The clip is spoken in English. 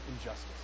injustice